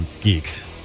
geeks